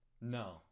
no